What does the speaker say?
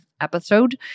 episode